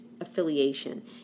affiliation